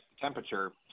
temperature